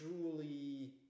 truly